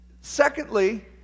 secondly